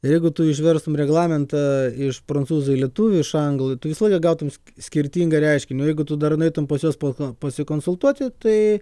jeigu tu išverstum reglamentą iš prancūzų į lietuvių iš anglų tu visą laiką gautum skirtingą reiškinį nu jeigu tu dar nueitum pas juos pako pasikonsultuoti tai